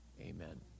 Amen